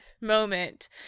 moment